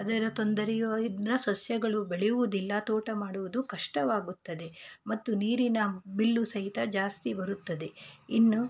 ಅದರ ತೊಂದರೆಯು ಇಂದ ಸಸ್ಯಗಳು ಬೆಳೆಯುವುದಿಲ್ಲ ತೋಟ ಮಾಡುವುದು ಕಷ್ಟವಾಗುತ್ತದೆ ಮತ್ತು ನೀರಿನ ಬಿಲ್ಲು ಸಹಿತ ಜಾಸ್ತಿ ಬರುತ್ತದೆ ಇನ್ನು